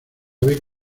ave